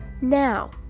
Now